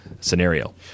scenario